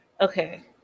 okay